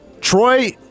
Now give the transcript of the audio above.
Troy